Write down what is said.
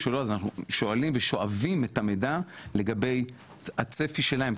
ומי שלא אנחנו שואלים ושואבים את המידע לגבי הצפי שלהן.